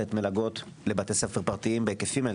לתת מלגות לבתי ספר פרטיים בהיקפים האלה.